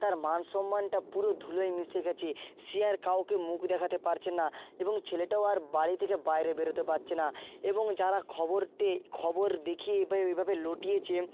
তার মান সম্মানটা পুরো ধুলোয় মিশে গেছে সে আর কাউকে মুখ দেখাতে পারছে না এবং ছেলেটাও আর বাড়ি থেকে বাইরে বেরোতে পারছে না এবং যারা খবরটা খবর দেখিয়ে এভাবে রটিয়েছে